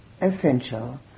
essential